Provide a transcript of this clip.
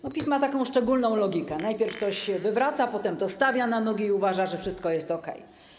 No PiS ma taką szczególną logikę - najpierw coś wywraca, potem to stawia na nogi i uważa, że wszystko jest okej.